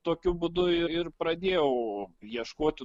tokiu būdu ir ir pradėjau ieškoti